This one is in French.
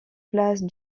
place